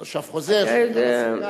תושב חוזר אתה יודע,